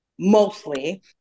mostly